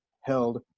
held